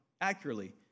accurately